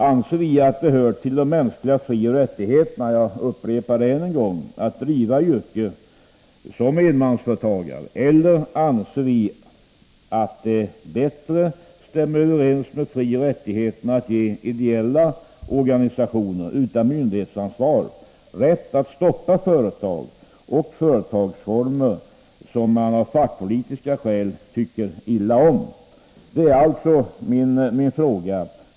Anser vi att det hör till de mänskliga frioch rättigheterna — jag upprepar det än en gång — att driva yrke som enmansföretagare, eller anser vi att det bättre stämmer överens med frioch rättigheterna att ge ideella organisationer, utan myndighetsansvar, rätt att stoppa företag och företagsformer som man av fackpolitiska skäl tycker illa om?